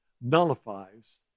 nullifies